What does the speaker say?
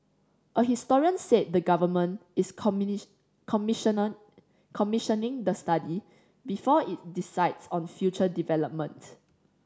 a historian said the Government is commissioner commissioning the study before it decides on future developments